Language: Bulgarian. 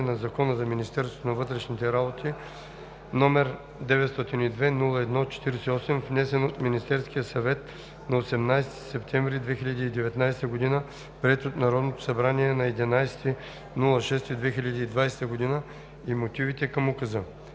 на Закона за Министерството на вътрешните работи, № 902-01-48, внесен от Министерския съвет на 18 септември 2019 г., приет от Народното събрание на 11 юни 2020 г., и мотивите към Указа